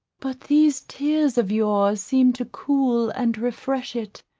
but these tears of your's seem to cool and refresh it.